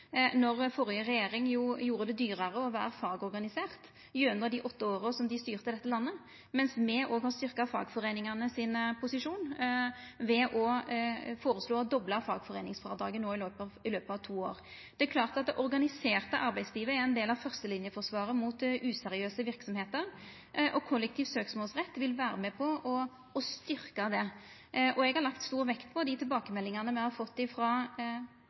når den førre regjeringa jo gjorde det dyrare å vera fagorganisert gjennom dei åtte åra dei styrte dette landet, mens me òg har styrkt posisjonen til fagforeiningane, ved å føreslå å dobla fagforeiningsfrådraget nå i løpet av to år. Det er klart at det organiserte arbeidslivet er ein del av førstelinjeforsvaret mot useriøse verksemder, og kollektiv søksmålsrett vil vera med på å styrkja det. Eg har lagt stor vekt på dei tilbakemeldingane me har fått